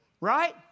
Right